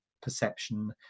perception